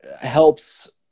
helps –